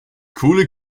coole